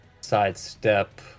sidestep